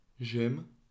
J'aime